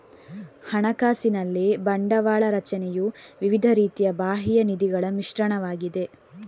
ಹಣಕಾಸಿನಲ್ಲಿ ಬಂಡವಾಳ ರಚನೆಯು ವಿವಿಧ ರೀತಿಯ ಬಾಹ್ಯ ನಿಧಿಗಳ ಮಿಶ್ರಣವಾಗಿದೆ